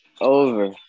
Over